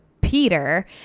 Peter